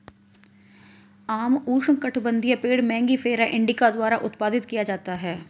आम उष्णकटिबंधीय पेड़ मैंगिफेरा इंडिका द्वारा उत्पादित किया जाता है